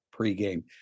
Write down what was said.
pregame